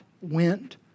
Went